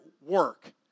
work